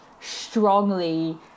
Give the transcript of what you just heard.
strongly